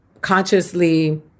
consciously